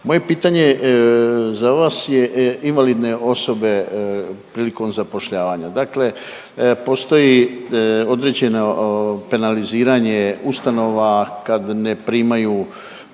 Moje pitanje za vas je, invalidne osobe prilikom zapošljavanja. Dakle, postoji određeno penaliziranje ustanova kad ne primaju